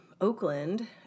Oakland